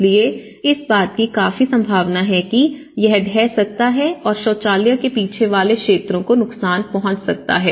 इसलिए इस बात की काफी संभावना है कि यह ढह सकता है और शौचालय के पीछे वाले क्षेत्रों को नुकसान पहुंच सकता है